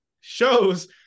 shows